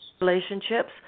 relationships